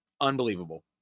Unbelievable